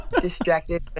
distracted